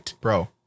bro